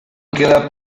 queda